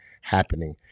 happening